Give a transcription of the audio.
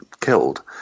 killed